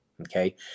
Okay